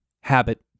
habit